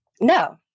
No